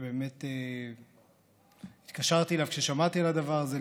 שבאמת התקשרתי אליו כששמעתי על הדבר הזה.